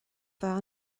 bheith